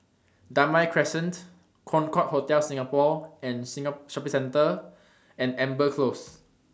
Damai Crescent Concorde Hotel Singapore and Shopping Centre and Amber Close